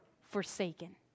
forsaken